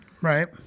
right